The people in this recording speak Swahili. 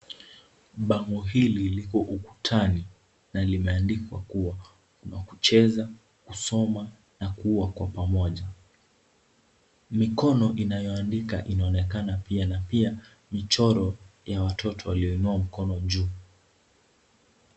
Bango hili liko ukutani na limeandikwa kuwa kuna kucheza, kusoma na kuwa kwa pamoja. Mikono inayoandika inaonekana pia na pia michoro ya watoto walioinua mikono juu